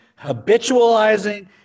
habitualizing